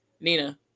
nina